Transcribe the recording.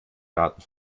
daten